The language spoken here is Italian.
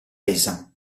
resa